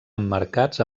emmarcats